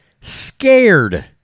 scared